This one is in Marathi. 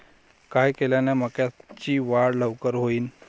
काय केल्यान मक्याची वाढ लवकर होईन?